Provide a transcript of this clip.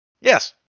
yes